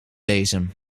bezem